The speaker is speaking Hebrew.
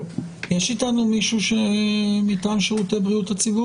יש אתנו מישהו משירותי בריאות הציבור?